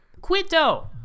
Quinto